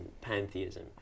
pantheism